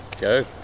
Go